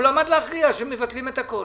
אבל הוא עמד להכריע שמבטלים את הכול.